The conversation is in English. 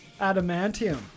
Adamantium